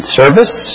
service